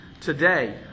today